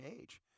age